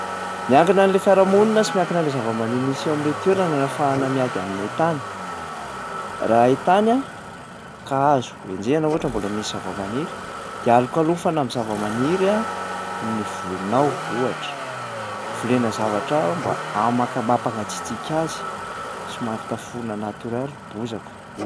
Miankina an'lay fiarahamonina sy miankina an'lay zava-mani- misy eo am'lay toerana no ahafahana miady amin'ny hain-tany. Raha hain-tany a, ka azo enjehana ohatra mbola misy zava-maniry dia alokalofana am'zava-maniry a ny volinao ohatra. Volena zavatra mba hamaka- mba hampangatsiatsiaka azy, somary tafoana natioraly bozaka ohatra.